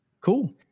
Cool